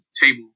table